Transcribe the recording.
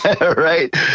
right